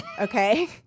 Okay